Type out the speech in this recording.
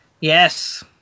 Yes